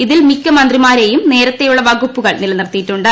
ഇതിൽ മിക്ക മന്ത്രിമാരുടെയും ന്റെർത്ത്യുള്ള വകുപ്പുകൾ നിലനിർത്തിയിട്ടുണ്ട്